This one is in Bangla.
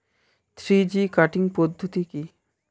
থ্রি জি কাটিং পদ্ধতি কি?